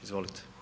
Izvolite.